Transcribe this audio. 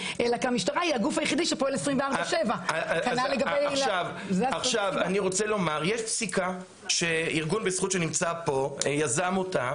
אלא כי המשטרה היא הגוף היחידי שפועל 24/7. יש פסיקה שארגון "בזכות" שנמצא פה יזם אותה,